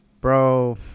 Bro